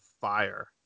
Fire